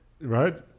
Right